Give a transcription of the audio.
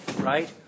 right